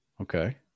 Okay